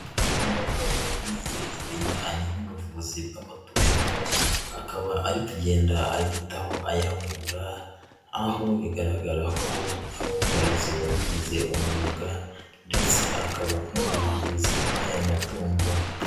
Umugabo wize ibijyanye n'ubuvuzi bw'amatungo, akaba ari kugenda ayitaho ayavura aho bigaragara ko ari umworozi wabigize umwuga ndetse akaba n'umuvuzi w'aya matungo.